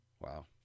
Wow